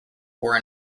were